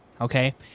okay